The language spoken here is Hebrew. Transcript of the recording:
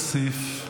חבר הכנסת כסיף.